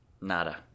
Nada